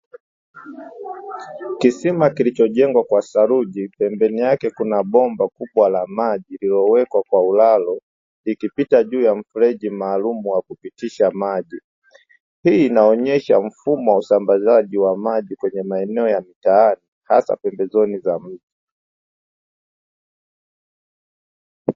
Kisima kilichojengwa kwa saruji pembeni yake kuna bomba kubwa la maji lililowekwa kwa ulalo likipita juu ya mfereji maalumu wa kupitisha maji, hii inaonyesha mfumo wa usambazaji wa maji kwenye maeneo ya mitaani hasa pembezoni za mji.